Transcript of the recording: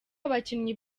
abakinnyi